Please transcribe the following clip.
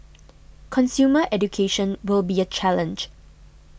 consumer education will be a challenge